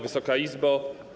Wysoka Izbo!